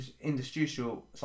industrial